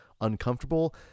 uncomfortable